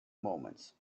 moments